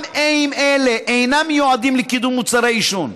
גם אם אלה אינם מיועדים לקידום מוצרי עישון,